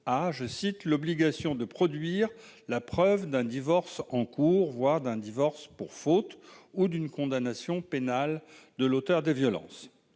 ah, je cite : l'obligation de produire la preuve d'un divorce en cours, voire d'un divorce pour faute ou d'une condamnation pénale de l'auteur des violences,